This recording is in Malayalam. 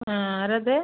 ആ ആരാ ഇത്